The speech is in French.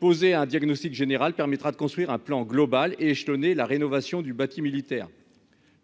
Poser un diagnostic général permettra de construire un plan global échelonner la rénovation du bâti militaire.